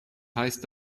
heißt